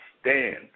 stand